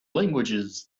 languages